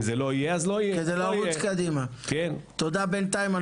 תודה רבה.